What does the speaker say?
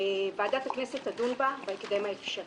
ועדת הכנסת תדון בה בהקדם האפשרי.